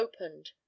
opened